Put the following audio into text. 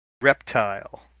reptile